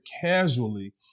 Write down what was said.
casually